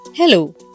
Hello